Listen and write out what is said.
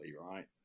right